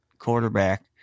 Quarterback